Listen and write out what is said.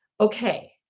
Okay